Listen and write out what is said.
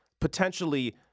potentially